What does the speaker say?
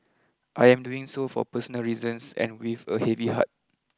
I am doing so for personal reasons and with a heavy heart